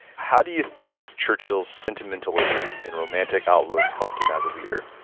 how do you think churchill's sentimentalism and romantic outlook helped him as a leader?